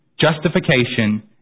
justification